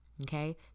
Okay